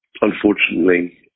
Unfortunately